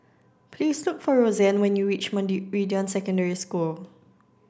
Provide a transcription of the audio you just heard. please look for Rozanne when you reach Meridian Secondary School